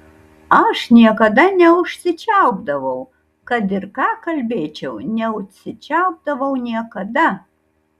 aš niekada neužsičiaupdavau kad ir ką kalbėčiau neužsičiaupdavau niekada